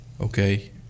Okay